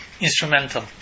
instrumental